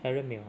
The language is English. harrier 没有